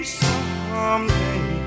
someday